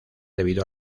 debido